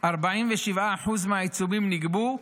ש-47% מהעיצומים נגבו,